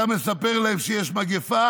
אתה מספר להם שיש מגפה,